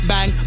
Bang